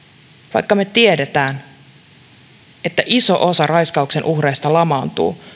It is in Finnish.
vaikka me tiedämme että iso osa raiskauksen uhreista lamaantuu